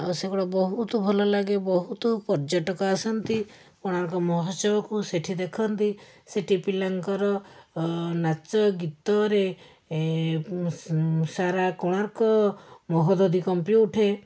ଆଉ ସେଗୁଡ଼ା ବହୁତ ଭଲଲାଗେ ବହୁତ ପର୍ଯ୍ୟଟକ ଆସନ୍ତି କୋଣାର୍କ ମହୋତ୍ସବକୁ ସେଇଠି ଦେଖନ୍ତି ସେଇଠି ପିଲାଙ୍କର ନାଚଗୀତରେ ସାରା କୋଣାର୍କ ମହୋଦଧି କମ୍ପି ଉଠେ